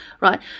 right